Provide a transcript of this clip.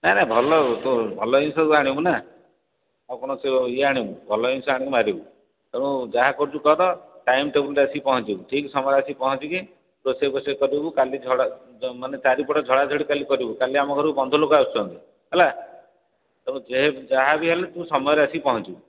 ନାଇଁ ନାଇଁ ଭଲ ତୋର ଭଲ ଜିନିଷକୁ ଆଣିବୁ ନା ଆଉ କ'ଣ ସେ ଇଏ ଆଣିବୁ ଭଲ ଜିନିଷ ଆଣିକି ମାରିବୁ ତେଣୁ ଯାହା କରୁଛୁ କର ଟାଇମ୍ ଟେବୁଲ୍ରେ ଆସିକି ପହଞ୍ଚିବୁ ଠିକ୍ ସମୟରେ ଆସିକି ପହଞ୍ଚିକି ରୋଷେଇ ଫୋସେଇ କରିବୁ କାଲି ଝଡ଼ା ମାନେ ଚାରିପଟେ ଝଡ଼ାଝଡ଼ି କାଲି କରିବୁ କାଲି ଆମ ଘରକୁ ବନ୍ଧୁ ଲୋକ ଆସୁଛନ୍ତି ହେଲା ତେଣୁ ଯାହା ବି ହେଲେ ତୁ ସମୟରେ ଆସିକି ପହଞ୍ଚିବୁ